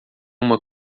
uma